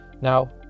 Now